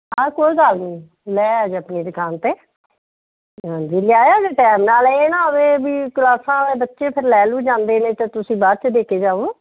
ਹਾਂ ਕੋਈ ਗੱਲ ਨਹੀਂ ਲੈ ਆਇਆ ਜੇ ਆਪਣੀ ਦੁਕਾਨ 'ਤੇ ਹਾਂਜੀ ਲੈ ਆਇਆ ਜੇ ਟਾਈਮ ਨਾਲ ਇਹ ਨਾ ਹੋਵੇ ਵੀ ਕਲਾਸਾਂ ਵਾਲੇ ਬੱਚੇ ਫਿਰ ਲੈ ਲੂ ਜਾਂਦੇ ਨੇ ਅਤੇ ਤੁਸੀਂ ਬਾਅਦ 'ਚ ਦੇ ਕੇ ਜਾਓ